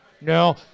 No